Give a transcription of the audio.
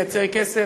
כסף מייצר כסף.